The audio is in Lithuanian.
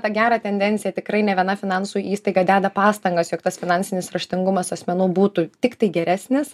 tą gerą tendenciją tikrai ne viena finansų įstaiga deda pastangas jog tas finansinis raštingumas asmenų būtų tiktai geresnis